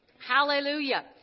Hallelujah